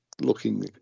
looking